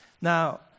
Now